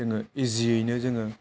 जोङो इजियैनो जोङो